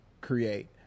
create